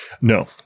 No